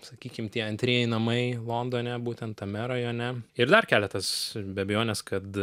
sakykim tie antrieji namai londone būtent tame rajone ir dar keletas be abejonės kad